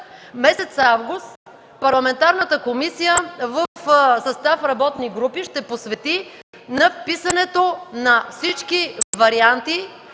Месец август парламентарната комисия в състав работни групи ще посвети на писането на всички варианти